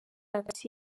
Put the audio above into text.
hagati